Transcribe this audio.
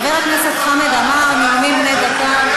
חבר הכנסת חמד עמאר, נאומים בני דקה.